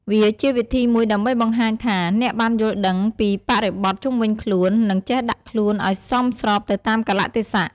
វាជាវិធីមួយដើម្បីបង្ហាញថា អ្នកបានយល់ដឹងពីបរិបថជុំវិញខ្លួន និងចេះដាក់ខ្លួនឱ្យសមស្របទៅតាមកាលៈទេសៈ។